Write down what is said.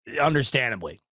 understandably